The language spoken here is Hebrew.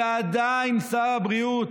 ועדיין, שר הבריאות,